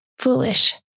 Foolish